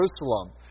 Jerusalem